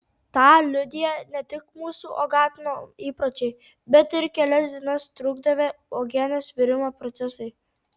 tą liudija ne tik mūsų uogavimo įpročiai bet ir kelias dienas trukdavę uogienės virimo procesai